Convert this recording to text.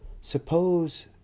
Suppose